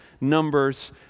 Numbers